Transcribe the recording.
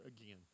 again